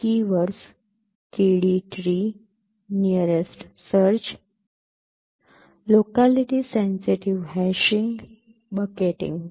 keywords K D tree nearest search locality sensitive hashing bucketing